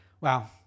Wow